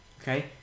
Okay